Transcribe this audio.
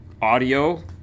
Audio